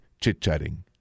chit-chatting